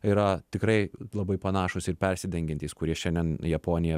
yra tikrai labai panašūs ir persidengiantys kurie šiandien japoniją